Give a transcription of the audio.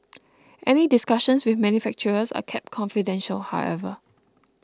any discussions with manufacturers are kept confidential however